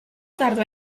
tardó